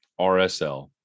RSL